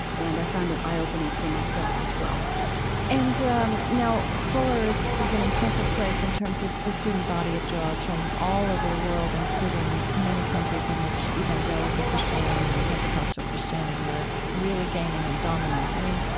and i found it eye-opening for myself as well and um now, fuller is is an impressive place in terms of the student body it draws from all over the world, including many countries in which evangelical christianity and pentecostal christianity are really gaining in dominance. i mean,